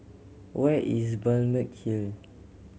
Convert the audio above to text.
where is Balmeg Hill